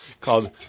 called